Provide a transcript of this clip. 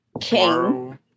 King